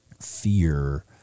fear